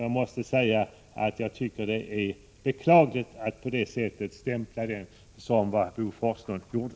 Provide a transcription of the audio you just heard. Jag måste säga att jag anser att det är beklagligt att stämpla dem på det sätt som Bo Forslund gjorde.